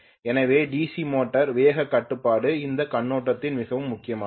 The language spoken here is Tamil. எனவே டிசி மோட்டார் வேகக் கட்டுப்பாடு அந்தக் கண்ணோட்டத்தில் மிகவும் முக்கியமானது